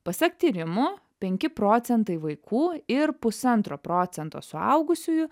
pasak tyrimų penki procentai vaikų ir pusantro procento suaugusiųjų